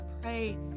pray